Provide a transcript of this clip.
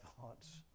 thoughts